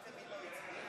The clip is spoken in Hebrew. ומשפט.